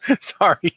Sorry